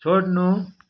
छोड्नु